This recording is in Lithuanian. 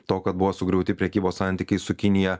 to kad buvo sugriauti prekybos santykiai su kinija